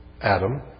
Adam